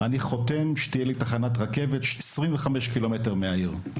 אני חותם שתהיה לי תחנת רכבת 25 קילומטר מהעיר,